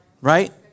right